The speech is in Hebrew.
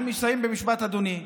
ואני מסיים במשפט, אדוני.